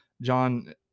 John